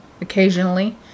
occasionally